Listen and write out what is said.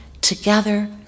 together